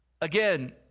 Again